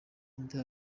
indi